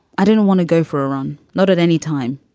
i didn't want to go for a run. not at any time.